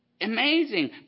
Amazing